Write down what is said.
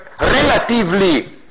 relatively